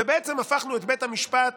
ובעצם הפכנו את בית המשפט